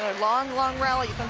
long, long rally.